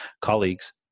colleagues